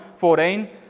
14